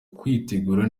kwitegura